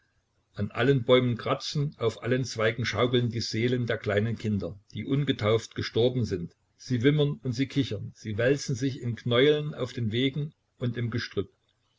an allen bäumen kratzen auf allen zweigen schaukeln die seelen der kleinen kinder die ungetauft gestorben sind sie wimmern und sie kichern sie wälzen sich in knäueln auf den wegen und im gestrüpp